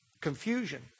Confusion